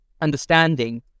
understanding